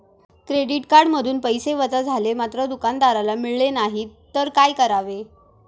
Credit कार्डमधून पैसे वजा झाले मात्र दुकानदाराला मिळाले नाहीत तर काय करावे?